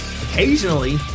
Occasionally